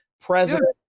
president